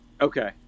Okay